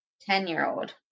ten-year-old